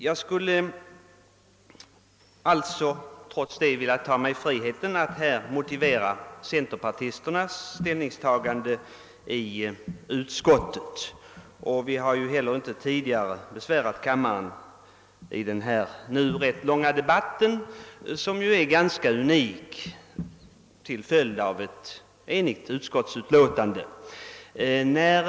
Jag skulle dock vilja motivera centerpartisternas ställningstagande i utskottet. Vi har ju inte tidigare besvärat kammaren i denna nu rätt långa debatt, vilken är ganska unik med tanke på att utskottets utlåtande är enhälligt.